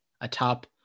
atop